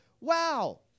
wow